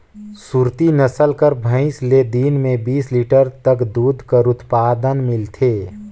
सुरती नसल कर भंइस ले दिन में बीस लीटर तक दूद कर उत्पादन मिलथे